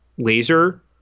laser